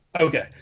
Okay